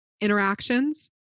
interactions